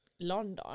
London